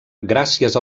gràcies